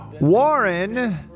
Warren